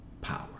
power